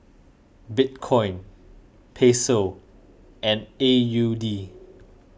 Bitcoin Peso and A U D